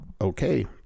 okay